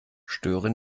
störe